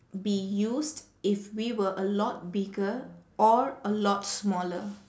be used if we were a lot bigger or a lot smaller